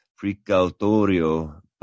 precautorio